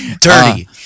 Dirty